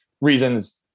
reasons